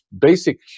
basic